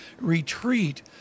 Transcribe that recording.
retreat